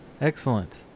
Excellent